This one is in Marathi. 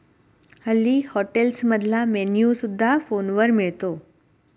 हल्ली हॉटेल्समधला मेन्यू सुद्धा फोनवर मिळतो